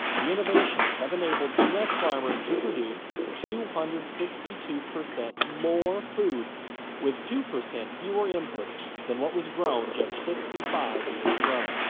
the innovations have enabled u s. farmers to produce two hundred and sixty two percent more food with two percent fewer inputs than what was grown just sixty five years ago.